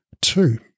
Two